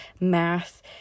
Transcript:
math